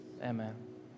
amen